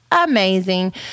Amazing